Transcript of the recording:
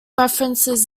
references